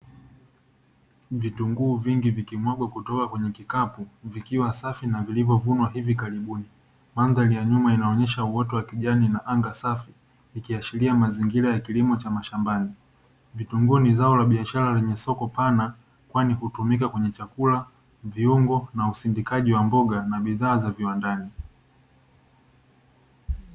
Vitunguu vingi vikimwagwa kutoka kwenye kikapu vikiwa safi na vilivyolimwa hivi karibuni. Mandhari ya nyuma inaonyesha uoto wa kijani na anga safi ikiashiria mazingira ya kilimo cha mashambani. Vitunguu ni zao la biashara lenye soko pana kwani hutumika kwenye chakula, viungo na usindikaji wa mboga na bidhaa za viwandani.